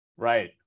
Right